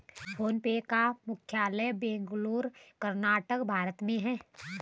phone पे का मुख्यालय बेंगलुरु, कर्नाटक, भारत में है